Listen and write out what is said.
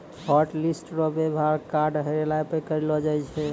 hotlist रो वेवहार card हेरैला पर करलो जाय छै